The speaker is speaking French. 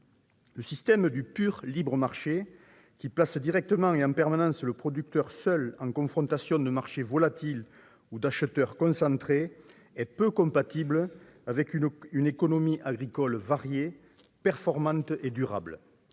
Le système du pur libre marché, qui place directement et en permanence le producteur seul face à des marchés volatils ou des acheteurs concentrés, est peu compatible avec une économie agricole variée, performante et durable.